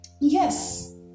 Yes